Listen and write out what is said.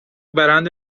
برند